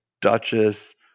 duchess